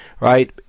right